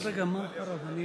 רגע, מה קרה?